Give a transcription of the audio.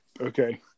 Okay